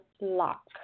lock